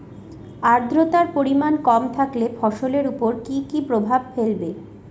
আদ্রর্তার পরিমান কম থাকলে ফসলের উপর কি কি প্রভাব ফেলবে?